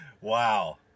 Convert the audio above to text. Wow